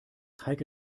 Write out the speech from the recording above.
heike